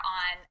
on